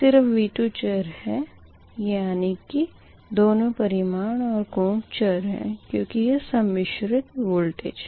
सिर्फ़ V2 चर है यानी कि दोनो परिमाण ओर कोण चर है क्यूँकि ये सम्मिश्र वोल्टेज है